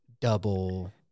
double